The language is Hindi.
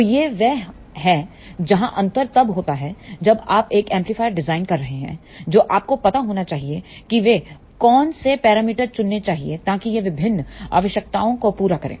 तो यह वह है जहां अंतर तब होता है जब आप एक एम्पलीफायर डिजाइन कर रहे हैं जो आपको पता होना चाहिए कि वे कौन से पैरामीटर चुनने चाहिए ताकि यह विभिन्न आवश्यकताओं को पूरा करे